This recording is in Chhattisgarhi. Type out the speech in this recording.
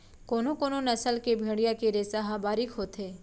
कोनो कोनो नसल के भेड़िया के रेसा ह बारीक होथे